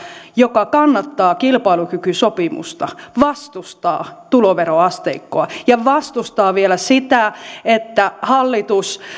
joka kannattaa kilpailukykysopimusta vastustaa tuloveroasteikkoa ja vastustaa vielä sitä että hallitus